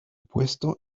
puesto